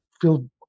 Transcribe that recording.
feel